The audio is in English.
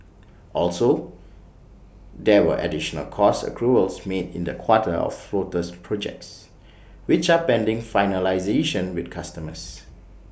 also there were additional cost accruals made in the quarter for floater projects which are pending finalisation with customers